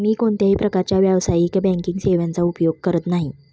मी कोणत्याही प्रकारच्या व्यावसायिक बँकिंग सेवांचा उपयोग करत नाही